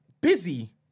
busy